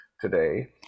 today